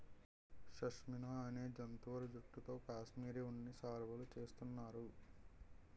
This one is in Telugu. షష్మినా అనే జంతువుల జుట్టుతో కాశ్మిరీ ఉన్ని శాలువులు చేస్తున్నారు